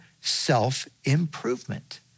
self-improvement